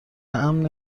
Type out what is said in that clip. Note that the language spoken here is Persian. امن